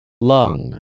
Lung